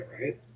right